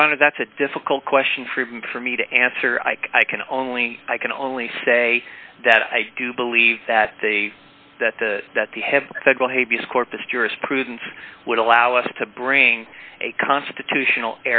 your honor that's a difficult question for even for me to answer i can only i can only say that i do believe that the that the that the have federal habeas corpus jurisprudence would allow us to bring a constitutional